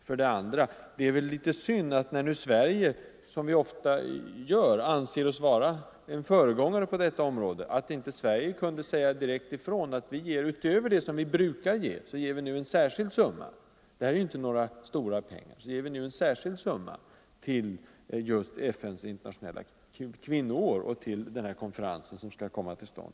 För det andra är det väl synd, när vi nu i Sverige, som vi ju ofta gör, anser oss vara en föregångare på detta område, att vi inte kunde säga direkt ifrån att vi utöver de pengar som vi brukar ge — det är ju inte något — Nr 111 stort belopp — nu ger en särskild summa till FN:s internationella kvinnoår Torsdagen den och till den konferens som skall hållas i Bogotå.